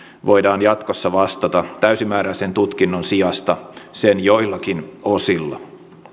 voidaan jatkossa vastata täysimääräisen tutkinnon sijasta sen joillakin osilla